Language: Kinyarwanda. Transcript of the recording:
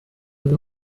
ari